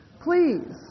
please